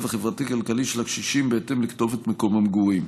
החברתי-כלכלי של הקשישים בהתאם למקום המגורים.